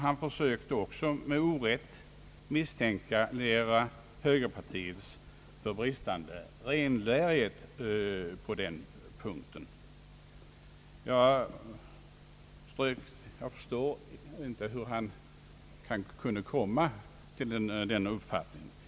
Han försökte också med orätt misstänkliggöra högerpartiet för bristande renlärighet på denna punkt. Jag förstår inte hur han kunde komma till denna uppfattning.